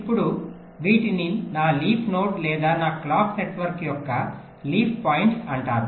ఇప్పుడు వీటిని నా లీఫ్ నోడ్ లేదా నా క్లాక్ నెట్వర్క్ యొక్క లీఫ్ పాయింట్స్ అంటారు